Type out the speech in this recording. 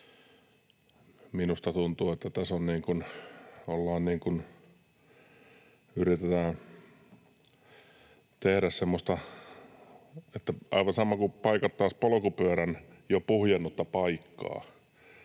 minusta tuntuu, että tässä yritetään tehdä semmoista, että aivan sama kuin paikattaisiin polkupyörän jo puhjennutta paikkaa.